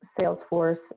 Salesforce